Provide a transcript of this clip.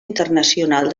internacional